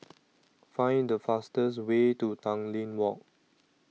Find The fastest Way to Tanglin Walk